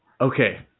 okay